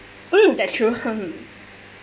mm that's true